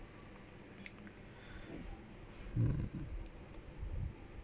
um